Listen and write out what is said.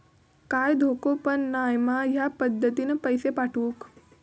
काय धोको पन नाय मा ह्या पद्धतीनं पैसे पाठउक?